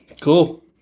Cool